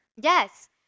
Yes